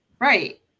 Right